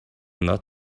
not